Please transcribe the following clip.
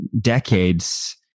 decades